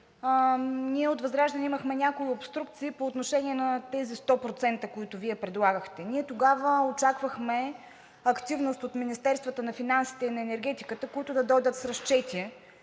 ние от ВЪЗРАЖДАНЕ имахме някои обструкции по отношение на тези 100%, които Вие предлагахте. Ние тогава очаквахме активност от министерствата на финансите и на енергетиката, които да дойдат с разчети,